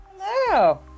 Hello